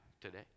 today